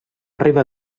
arribar